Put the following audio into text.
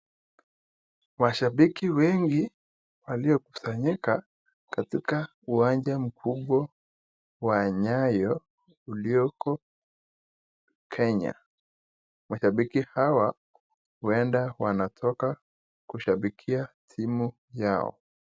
Washabiki wengi waliokusanyika katika uwanja mkubwa wa nyayo ulioko kenya mashabiki hawa huenda wanatoka kushabikia timu yao.